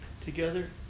together